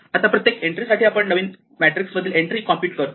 आता प्रत्येक एंट्री साठी आपण नवीन मॅट्रिक्स मधील एन्ट्री कॉम्प्युट करतो